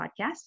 podcast